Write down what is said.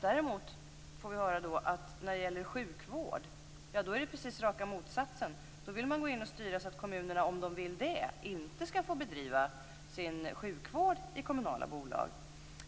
Däremot när det gäller sjukvård får vi höra att det är precis raka motsatsen. Då vill man gå in och styra så att kommunerna, om de vill det, inte skall bedriva sin sjukvård i kommunala bolag.